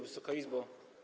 Wysoka Izbo!